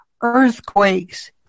earthquakes